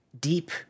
deep